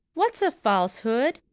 what's a falsehood?